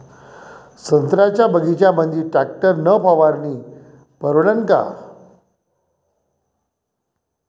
संत्र्याच्या बगीच्यामंदी टॅक्टर न फवारनी परवडन का?